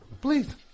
please